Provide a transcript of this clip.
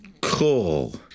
cool